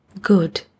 good